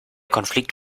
konflikt